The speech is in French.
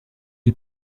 ils